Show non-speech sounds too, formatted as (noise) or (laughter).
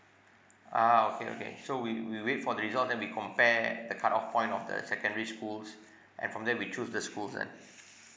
ah okay okay so we we wait for the result then we compare the cut off point of the secondary schools (breath) and from there we choose the schools then